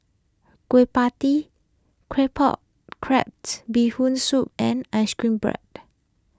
Kueh Pie Tee Claypot Crab Bee Hoon Soup and Ice Cream Bread